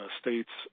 states